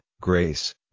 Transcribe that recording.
grace